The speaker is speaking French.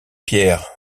pierre